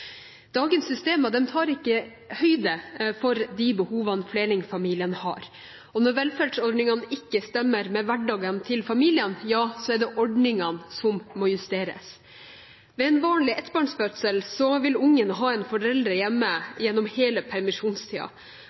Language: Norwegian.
Dagens system tar ikke høyde for de behovene flerlingfamiliene har. Når velferdsordningene ikke stemmer med hverdagen til familiene, er det ordningene som må justeres. Ved en vanlig ettbarnsfødsel vil barnet ha en forelder hjemme gjennom hele